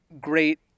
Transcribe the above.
great